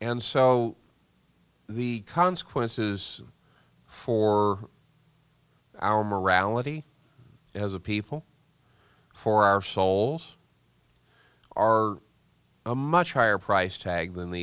and so the consequences for our morality as a people for our souls are a much higher price tag than the